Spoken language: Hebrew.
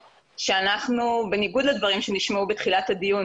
שאנחנו בניגוד לדברים שנשמעו בתחילת הדיון